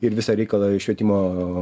ir visą reikalą švietimo